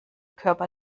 körper